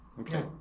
Okay